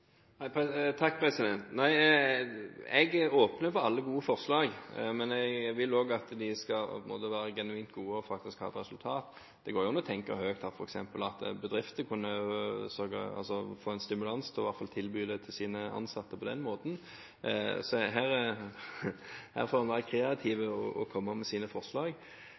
Jeg er åpen for alle gode forslag, men jeg vil også at de skal være genuint gode og faktisk ha et resultat. Det går jo an å tenke høyt at f.eks. bedrifter kunne få en stimulans til i hvert fall å tilby det til sine ansatte på den måten. Her får en være kreativ og komme med sine forslag.